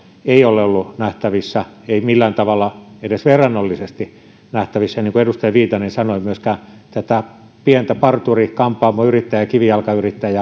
ei ole ollut nähtävissä ei millään tavalla edes verrannollisesti nähtävissä niin kuin edustaja viitanen sanoi myöskään pienen parturi kampaamoyrittäjän kivijalkayrittäjän